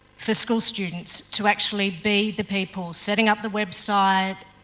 for school students to actually be the people setting up the website,